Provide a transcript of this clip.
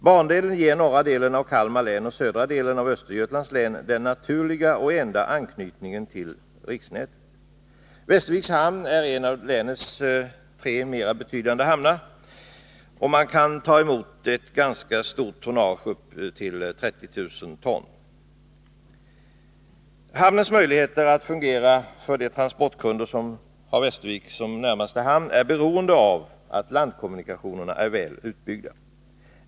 Bandelen ger norra delen av Kalmar län och södra delen av Östergötlands län den naturliga och enda anknytningen till riksnätet. Västerviks hamn är en av länets tre mera betydande hamnar och kan ta emot fartyg på upp till ca 30 000 ton. Hamnens möjligheter att fungera för de transportkunder som har Västervik som närmaste hamn är beroende av att landkommunikationerna är väl utbyggda.